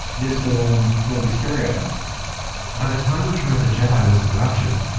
did so on dolby stereo by the time return of the jedi was in production,